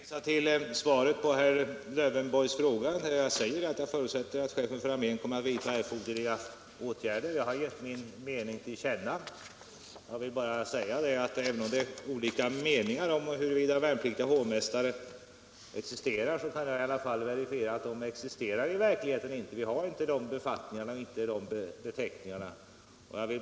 Herr talman! Jag kan bara hänvisa till svaret på herr Lövenborgs fråga, där jag säger att jag förutsätter att chefen för armén kommer att vidta erforderliga åtgärder. Jag har givit min mening till känna. Även om det råder olika åsikter om huruvida värnpliktiga hovmästare existerar eller inte kan jag verifiera att de i verkligheten inte finns. Vi har inte sådana befattningar.